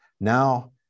Now